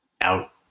out